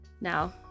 now